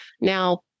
Now